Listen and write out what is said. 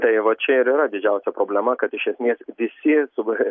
tai va čia ir yra didžiausia problema kad iš esmės visi su